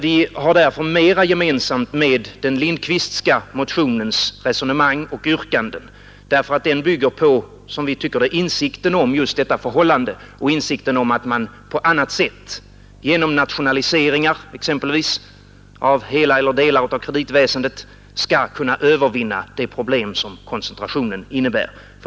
Vi har därför mera gemensamt med den Lindkvistska motionens resonemang och yrkanden, därför att den bygger på, som vi ser det, insikten om just detta förhållande och insikten om att man på annat sätt — genom nationaliseringar exempelvis av hela eller delar av kreditväsendet — skall kunna övervinna de problem som koncentrationen innebär.